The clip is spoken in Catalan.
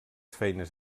feines